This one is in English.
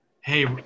hey